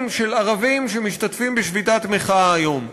של ערבים שמשתתפים בשביתת מחאה היום.